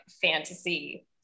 fantasy